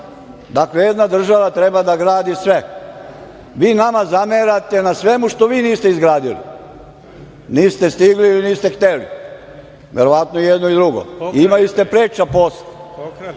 jedna država treba da gradi sve. Vi nama zamerate na svemu što vi niste izgradili. Niste stigli ili niste hteli. Verovatno i jedno i drugo. Imali ste preča posla.